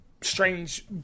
Strange